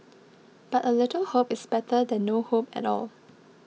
but a little hope is better than no hope at all